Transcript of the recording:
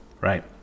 right